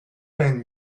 man